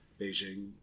Beijing